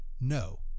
no